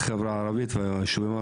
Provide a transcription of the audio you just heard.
בשקף של הרשויות אני לא מזהה אף רשות